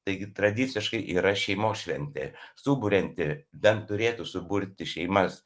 taigi tradiciškai yra šeimos šventė suburianti bent turėtų suburti šeimas